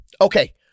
Okay